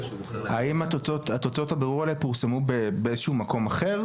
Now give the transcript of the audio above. האם תוצאות הבירור האלה פורסמו באיזה שהוא מקום אחר?